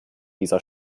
dieser